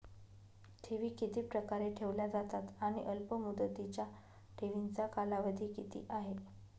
ठेवी किती प्रकारे ठेवल्या जातात आणि अल्पमुदतीच्या ठेवीचा कालावधी किती आहे?